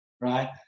right